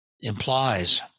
implies